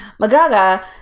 Magaga